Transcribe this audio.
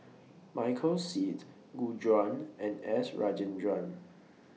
Michael Seet Gu Juan and S Rajendran